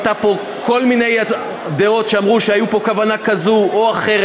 כל מיני דעות שאמרו שהיו פה כוונה כזאת או אחרת,